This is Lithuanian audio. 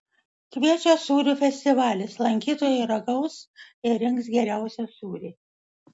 kviečia sūrių festivalis lankytojai ragaus ir rinks geriausią sūrį